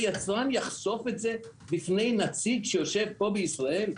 היצרן יחשוף את זה בפני נציג שיושב פה בישראל?